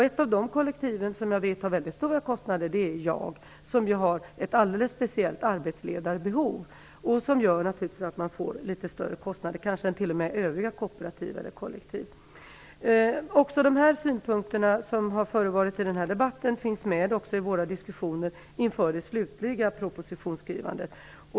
Ett av kollektiven som jag vet har väldigt stora kostnader är JAG, som ju har ett alldeles speciellt arbetsledarbehov, något som gör att man får litet större kostnader än övriga kooperativ eller kollektiv. Också de synpunkter som har förts fram i den här debatten finns med i våra diskussioner inför det slutliga propositionsskrivandet.